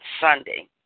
Sunday